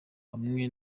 hamwe